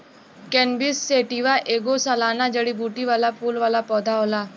cannabis sativa ऐगो सालाना जड़ीबूटी वाला फूल वाला पौधा होला